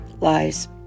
lies